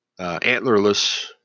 antlerless